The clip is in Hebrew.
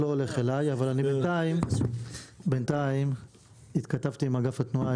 אני בינתיים התכתבתי עם אגף התנועה,